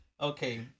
Okay